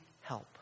help